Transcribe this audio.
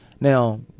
Now